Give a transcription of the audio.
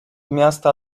miasta